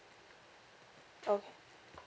okay